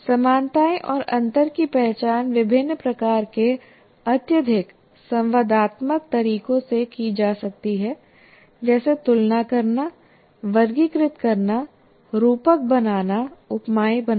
समानताएं और अंतर की पहचान विभिन्न प्रकार के अत्यधिक संवादात्मक तरीकों से की जा सकती है जैसे तुलना करना वर्गीकृत करना रूपक बनाना उपमाएं बनाना